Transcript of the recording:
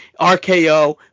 RKO